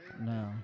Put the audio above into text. No